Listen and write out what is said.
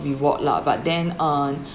reward lah but then uh